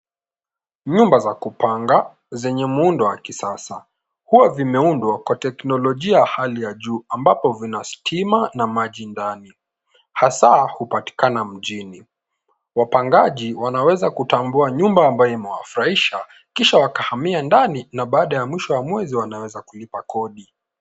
Nyumba za kupanga zenye muundo wa kisasa. Huwa vimeundwa kwa teknolojia hali ya juu ambapo vina stima na maji ndani hasaa hupatikana mjini. Wapangaji wanaweza kutambua nyumba ambayo imewafurahisha kisha wakahamia ndani na baada ya mwisho wa mwezi wanaweza kulipa kodi.